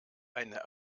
eine